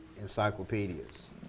encyclopedias